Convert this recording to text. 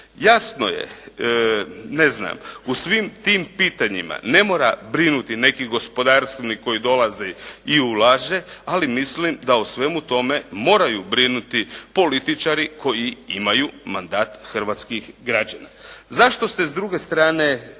Jasno je, ne znam, u svim tim pitanjima ne mora brinuti neki gospodarstvenik koji dolazi i ulaže, ali mislim da o svemu tome moraju brinuti političari koji imaju mandat hrvatskih građanina. Zašto se s druge strane